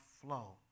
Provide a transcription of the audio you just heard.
flow